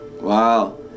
Wow